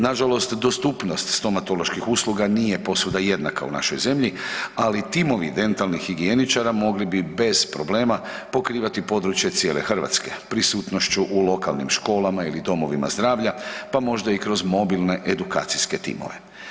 Nažalost, dostupnost stomatoloških usluga nije posvuda jednaka u našoj zemlji, ali timovi dentalnih higijeničara mogli bi bez problema pokrivati područje cijele Hrvatske prisutnošću u lokalnim školama ili domovima zdravlja, pa možda i kroz mobilne edukacijske timove.